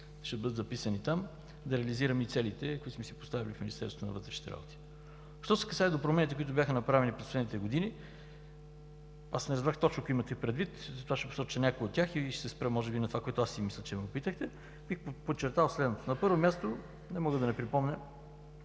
ще бъдат записани там, да реализираме и целите, които сме си поставили в Министерството на вътрешните работи. Що се отнася до промените, които бяха направени през последните години – аз не разбрах точно кои имате предвид, затова ще посоча някои от тях и ще се спра може би на това, което аз си мисля, че ме попитахте. Бих подчертал следното. На първо място, не мога да не припомня,